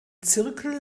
zirkel